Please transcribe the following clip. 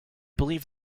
believe